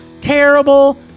Terrible